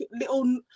little